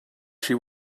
she